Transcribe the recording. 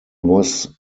was